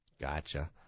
Gotcha